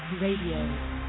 Radio